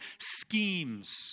schemes